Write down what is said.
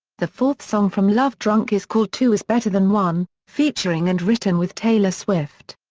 the fourth song from love drunk is called two is better than one, featuring and written with taylor swift.